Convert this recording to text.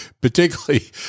particularly